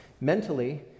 Mentally